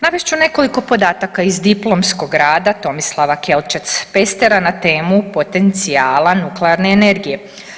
Navest ću nekoliko podataka iz diplomskog rada Tomislava Kelčec Pestera na temu: „Potencijala nuklearne energije“